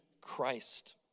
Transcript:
christ